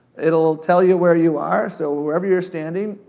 it'll tell you where you are. so, wherever you're standing,